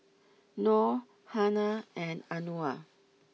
Nor Hana and Anuar